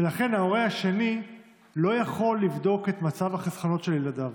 ולכן ההורה השני לא יכול לבדוק את מצב החסכונות של ילדיו.